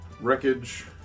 wreckage